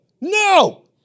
no